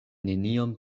neniom